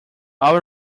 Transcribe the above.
all